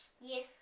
Yes